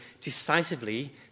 decisively